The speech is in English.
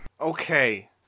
Okay